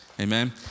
Amen